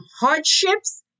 hardships